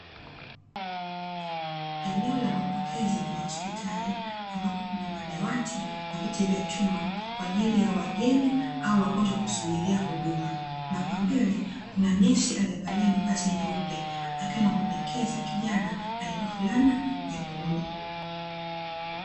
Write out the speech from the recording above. Eneo la mapokezi kwenye hospitali ambapo kuna madawati na viti vya chuma kwa ajili ya wageni au wagonjwa kusubiria huduma, na kwa mbele kuna nesi aliyevalia mavazi meupe akiwa anamuelekeza kijana aliyevaa fulana nyekundu.